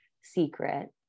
secret